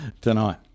tonight